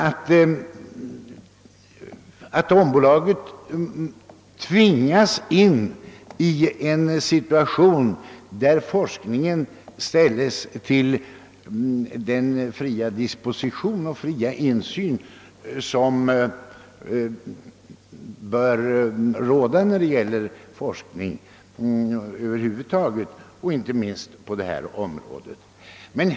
Atombolaget måste tvingas ställa forskningen till fri disposition och under fri insyn. Det är ett krav på forskningen över huvud taget och inte minst på forskningen på detta område.